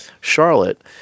Charlotte